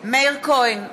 מאיר כהן,